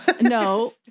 No